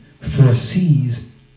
foresees